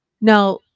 now